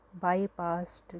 bypassed